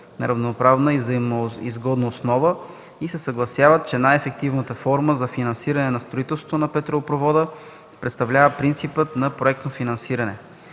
на равноправна и взаимноизгодна основа” и се съгласяват, че „най-ефективна форма за финансиране за строителството на петролопровода представлява принципът на „проектно финансиране”.